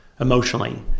emotionally